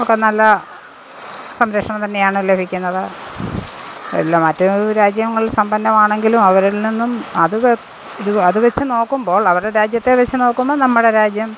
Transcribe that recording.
ഒക്കെ നല്ല സംരക്ഷണം തന്നെയാണ് ലഭിക്കുന്നത് എല്ലാ മറ്റ് രാജ്യങ്ങള് സമ്പന്നമാണെങ്കിലും അവരിൽ നിന്നും അത് അത് വച്ച് നോക്കുമ്പോൾ അവരുടെ രാജ്യത്തെ വച്ച് നോക്കുമ്പം നമ്മുടെ രാജ്യം